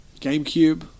GameCube